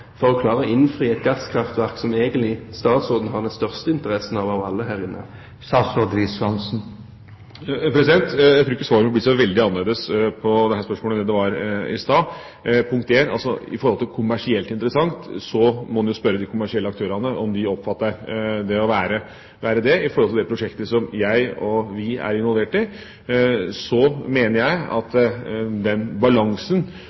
for å klare å innfri et gasskraftverk som statsråden egentlig har den største interessen av av alle her inne? Jeg tror ikke svaret mitt på dette spørsmålet blir så veldig annerledes enn det var i stad. Når det gjelder punkt 1, altså om det er kommersielt interessant, må en jo spørre de kommersielle aktørene om de oppfatter det slik at det er det i forhold til det prosjektet som jeg og vi er involvert i. Så mener jeg at den balansen